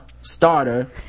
starter